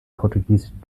portugiesischen